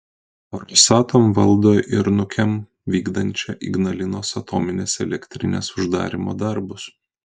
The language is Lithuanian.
rosatom valdo ir nukem vykdančią ignalinos atominės elektrinės uždarymo darbus